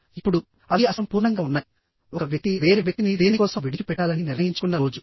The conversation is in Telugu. ఇప్పుడు అవి అసంపూర్ణంగా ఉన్నాయిఒక వ్యక్తి వేరే వ్యక్తిని దేనికోసం విడిచిపెట్టాలని నిర్ణయించుకున్న రోజు